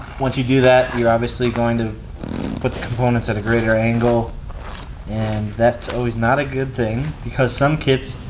once you do that you're obviously going to put the components at a greater angle and that's always not a good thing, because some kits,